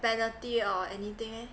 penalty or anything eh